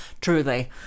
Truly